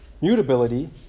mutability